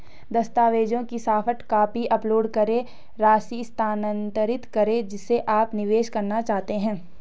दस्तावेजों की soft copy upload करें, राशि स्थानांतरित करें जिसे आप निवेश करना चाहते हैं